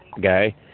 guy